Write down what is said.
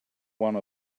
one